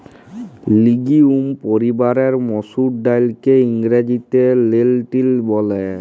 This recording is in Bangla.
লিগিউম পরিবারের মসুর ডাইলকে ইংরেজিতে লেলটিল ব্যলে